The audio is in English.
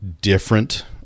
different